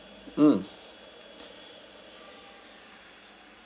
mm